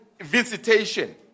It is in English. visitation